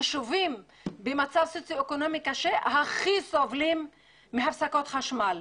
יישובים במצב סוציו-אקונומי קשה סובלים הכי הרבה מהפסקות חשמל,